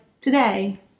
today